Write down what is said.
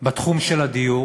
בתחום של הדיור.